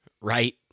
right